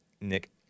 Nick